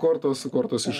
kortos kortos iš